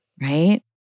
right